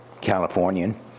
Californian